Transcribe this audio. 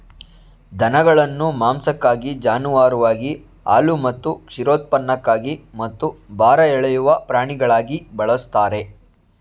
ದನಗಳನ್ನು ಮಾಂಸಕ್ಕಾಗಿ ಜಾನುವಾರುವಾಗಿ ಹಾಲು ಮತ್ತು ಕ್ಷೀರೋತ್ಪನ್ನಕ್ಕಾಗಿ ಮತ್ತು ಭಾರ ಎಳೆಯುವ ಪ್ರಾಣಿಗಳಾಗಿ ಬಳಸ್ತಾರೆ